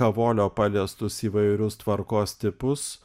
kavolio paliestus įvairius tvarkos tipus